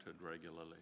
regularly